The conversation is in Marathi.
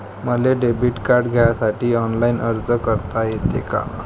मले डेबिट कार्ड घ्यासाठी ऑनलाईन अर्ज करता येते का?